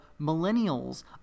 millennials